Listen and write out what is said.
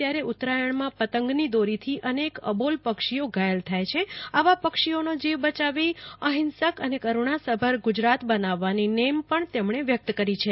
ત્યારે ઉત્તરાયજ્ઞમાં પતંગની દોરીથી અનેક અબોલ પક્ષીઓ ઘાયલ થાય છે આવા પક્ષીઓનો જીવ બચાવી અહિંસક અને કરૂણાસભર ગુજરાત બનાવવાની નેમ પણ તેમણે વ્યક્ત કરી છે